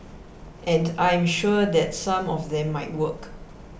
and I am sure that some of them might work